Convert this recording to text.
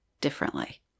differently